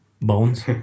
bones